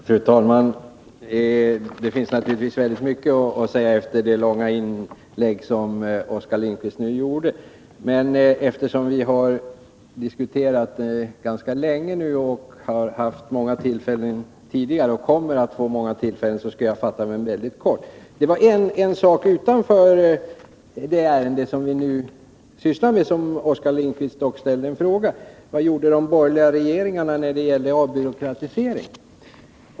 Fru talman! Det finns naturligtvis mycket att säga efter detta långa inlägg av Oskar Lindkvist. Men eftersom vi nu har diskuterat ganska länge, tidigare har haft många tillfällen att debattera och framöver också kommer att få sådana, skall jag fatta mig mycket kort. Oskar Lindkvist ställde en fråga om en sak utanför det ärende som vi nu sysslar med, nämligen vad de borgerliga regeringarna gjorde när det gällde avbyråkratisering.